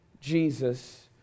Jesus